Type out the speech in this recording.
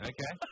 Okay